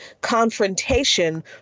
confrontation